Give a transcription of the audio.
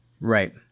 Right